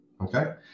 Okay